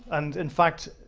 and in fact,